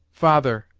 father,